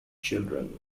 children